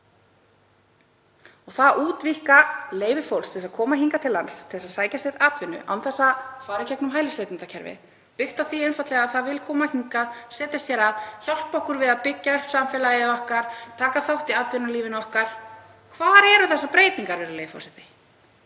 Það að útvíkka leyfi fólks til að koma hingað til lands til að sækja sér atvinnu án þess að fara í gegnum hælisleitendakerfið, byggt á því einfaldlega að það vill koma hingað, setjast hér að, hjálpa okkur við að byggja upp samfélagið okkar, taka þátt í atvinnulífinu okkar — hvar eru þessar breytingar, virðulegi forseti?